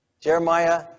Jeremiah